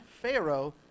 pharaoh